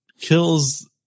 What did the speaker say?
kills